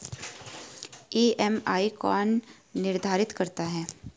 EMI कौन निर्धारित करता है?